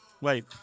Wait